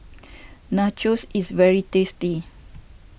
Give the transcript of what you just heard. Nachos is very tasty